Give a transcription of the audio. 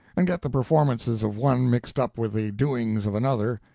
and get the performances of one mixed up with the doings of another,